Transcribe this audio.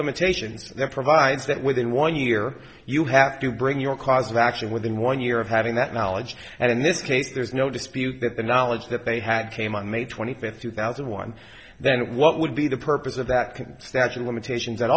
limitations that provides that within one year you have to bring your cause of action within one year of having that knowledge and in this case there's no dispute that the knowledge that they had came on may twenty fifth two thousand and one then what would be the purpose of that kind statue limitations at